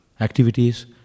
activities